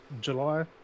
July